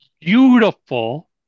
beautiful